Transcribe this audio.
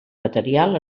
material